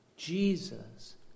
Jesus